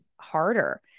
harder